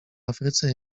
afryce